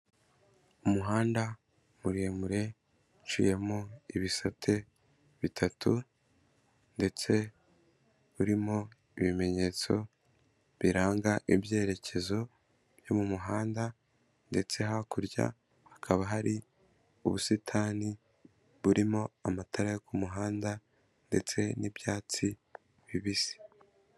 Umuhanda muremure uciyemo ibisate bitatu ndetse urimo ibimenyetso biranga ibyerekezo by'umuhanda ndetse hakurya hakaba hari ubusitani burimo amatara yo ku muhanda, ndetse n'ibyatsi bibisi.